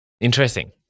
Interesting